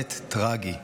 במוות טרגי.